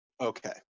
Okay